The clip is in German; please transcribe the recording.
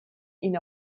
ihn